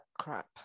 crap